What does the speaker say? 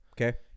Okay